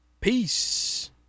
Peace